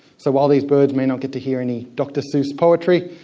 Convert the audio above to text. so while these birds may not get to hear any dr seuss poetry,